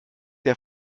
der